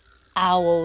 Owl